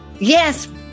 Yes